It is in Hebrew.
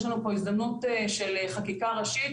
יש לנו פה הזדמנות של חקיקה ראשית